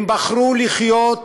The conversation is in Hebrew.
הם בחרו לחיות,